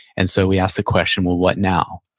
and so we ask the question, well, what now?